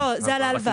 קרן: זה על ההלוואה.